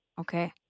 Okay